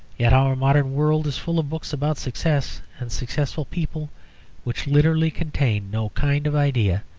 yet our modern world is full of books about success and successful people which literally contain no kind of idea,